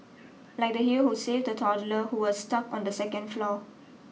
like the hero who saved a toddler who was stuck on the second floor